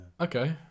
Okay